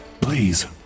Please